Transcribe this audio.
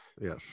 Yes